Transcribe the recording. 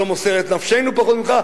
לא מוסר את נפשנו פחות ממך,